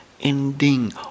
ending